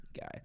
guy